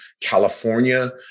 California